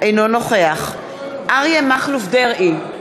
אינו נוכח אריה מכלוף דרעי,